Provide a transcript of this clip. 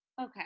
Okay